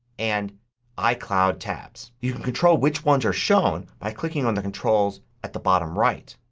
and icloud tabs. you can control which ones are shown by clicking on the controls at the bottom right.